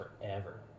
forever